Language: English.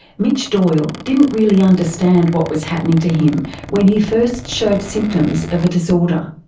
mitch doyle didn't really understand what was happening to him when he first showed symptoms of a disorder.